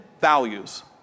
values